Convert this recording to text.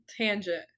tangent